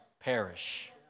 perish